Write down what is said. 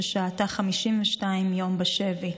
ששהתה 52 יום בשבי.